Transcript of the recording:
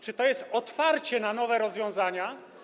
Czy to jest otwarcie się na nowe rozwiązania?